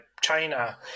China